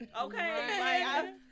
Okay